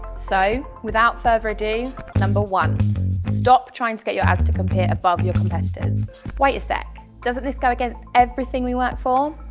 so, without further ado number one stop trying to get your ads to appear above your competitors wait a sec, doesn't this go against everything we work for!